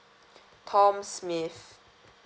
tom smith